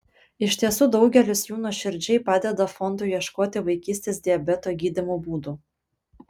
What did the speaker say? iš tiesų daugelis jų nuoširdžiai padeda fondui ieškoti vaikystės diabeto gydymo būdų